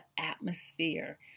atmosphere